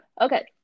okay